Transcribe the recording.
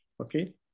okay